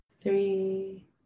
three